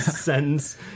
sentence